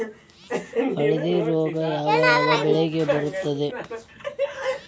ಹಳದಿ ರೋಗ ಯಾವ ಯಾವ ಬೆಳೆಗೆ ಬರುತ್ತದೆ?